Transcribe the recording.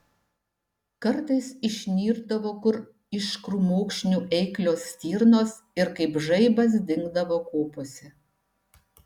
kartais išnirdavo kur iš krūmokšnių eiklios stirnos ir kaip žaibas dingdavo kopose